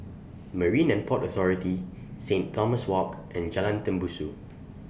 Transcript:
Marine and Port Authority Saint Thomas Walk and Jalan Tembusu